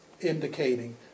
indicating